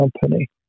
company